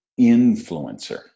influencer